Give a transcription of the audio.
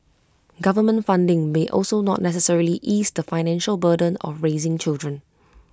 government funding may also not necessarily ease the financial burden of raising children